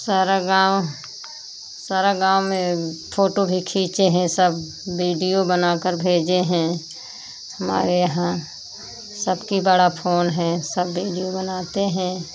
सारा गाँव सारा गाँव में फोटो भी खींचे हैं सब बीडियो बनाकर भेजे हैं हमारे यहाँ सबकी बड़ा फोन है सब बीडियो बनाते हैं